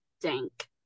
dank